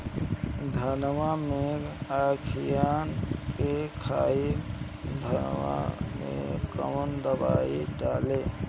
धनवा मै अखियन के खानि धबा भयीलबा कौन दवाई डाले?